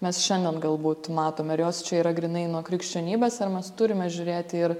mes šiandien galbūt matome ar jos čia yra grynai nuo krikščionybės ar mes turime žiūrėti ir